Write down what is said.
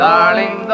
Darling